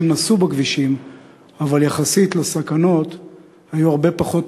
444. הוא רכב על אופנוע.